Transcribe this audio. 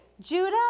Judah